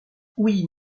oui